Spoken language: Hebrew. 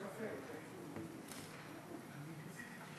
בבקשה, אדוני.